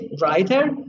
writer